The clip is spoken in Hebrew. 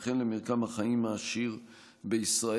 וכן למרקם החיים העשיר בישראל.